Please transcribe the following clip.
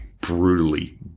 brutally